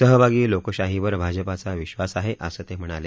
सहभागी लोकशाहीवर भाजपाचा विश्वास आहे असं ते म्हणाले